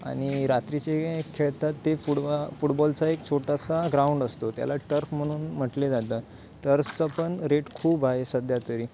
आणि रात्रीचे खेळतात ते फुड फुटबॉलचा एक छोटासा ग्राउंड असतो त्याला टर्फ म्हणून म्हटले जाते टर्फचा पण रेट खूप आहे सध्या तरी